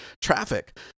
traffic